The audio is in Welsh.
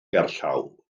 gerllaw